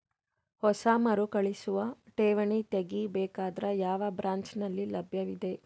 ಹೊಸ ಮರುಕಳಿಸುವ ಠೇವಣಿ ತೇಗಿ ಬೇಕಾದರ ಯಾವ ಬ್ರಾಂಚ್ ನಲ್ಲಿ ಲಭ್ಯವಿದೆ?